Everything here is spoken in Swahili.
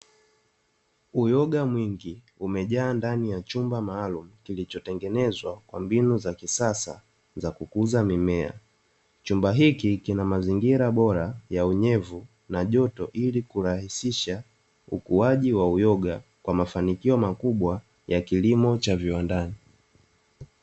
Uyoga mwingi uliojaa ndani ya chumba maalumu, kilicho tengenezwa kwa kisasa, kwa ajili ya kukuza mimea chumba hiki kina mazingira ya unyevu kwa ajili kurahisisha ukuaji wa uyoga mafanikio makubwa ya kiwandani